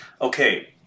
okay